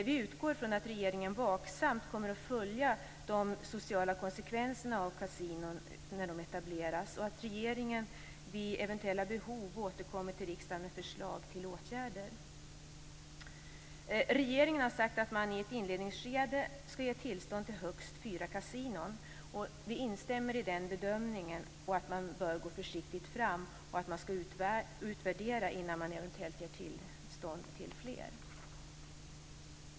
Vi utgår från att regeringen vaksamt kommer att följa de sociala konsekvenserna av att kasinon etableras och att regeringen vid eventuella behov återkommer till riksdagen med förslag till åtgärder. Regeringen har sagt att man i ett inledningsskede skall ge tillstånd till högst fyra kasinon. Vi instämmer i den bedömningen. Man bör gå försiktigt fram och utvärdera innan man eventuellt ger tillstånd till fler.